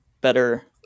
better